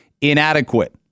inadequate